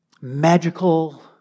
magical